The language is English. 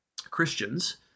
Christians